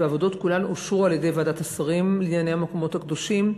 והעבודות כולן אושרו על-ידי ועדת השרים לענייני המקומות הקדושים,